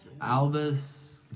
Albus